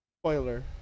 spoiler